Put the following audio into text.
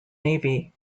navy